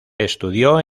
estudió